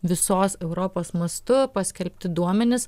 visos europos mastu paskelbti duomenys